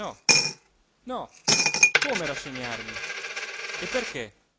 no no come rassegnarmi e perché